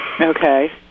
Okay